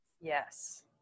Yes